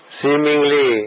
seemingly